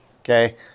okay